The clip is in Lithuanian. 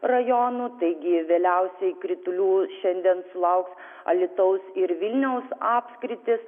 rajonų taigi vėliausiai kritulių šiandien sulauks alytaus ir vilniaus apskritys